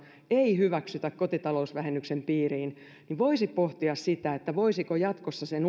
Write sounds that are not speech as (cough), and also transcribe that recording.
ei hyväksytä kotitalousvähennyksen piiriin niin voisi pohtia sitä voisiko sen (unintelligible)